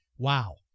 Wow